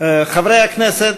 חברי הכנסת,